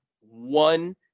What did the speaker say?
one